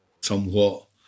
somewhat